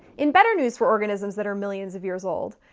in better news for organisms that are millions of years old?